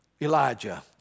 Elijah